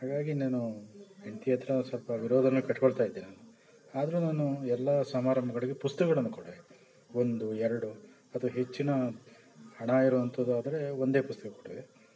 ಹಾಗಾಗಿ ನಾನು ಹೆಂಡತಿ ಹತ್ತಿರ ಸ್ವಲ್ಪ ವಿರೋಧನೇ ಕಟ್ಕೊಳ್ತಾ ಇದ್ದೆ ನಾನು ಆದ್ರೂ ನಾನು ಎಲ್ಲ ಸಮಾರಂಭಗಳಿಗೆ ಪುಸ್ತಕಗಳನ್ನ ಕೊಡುವೆ ಒಂದು ಎರಡು ಅಥವಾ ಹೆಚ್ಚಿನ ಹಣ ಇರುವಂಥದ್ದಾದ್ರೆ ಒಂದೇ ಪುಸ್ತಕ ಕೊಡುವೆ